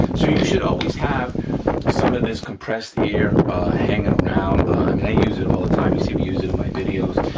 so you should always have some of this compressed air hanging around. i mean i use it all the time, you see me use it in my videos.